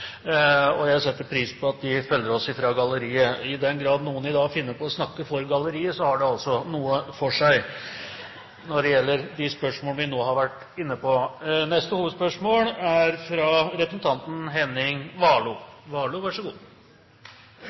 og jeg setter pris på at de følger oss fra galleriet. I den grad noen i dag finner på å snakke for galleriet, har det altså noe for seg når det gjelder de spørsmål vi nå har vært inne på! Da er det neste hovedspørsmål, fra Henning